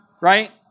right